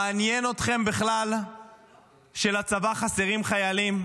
מעניין אתכם בכלל שלצבא חסרים חיילים?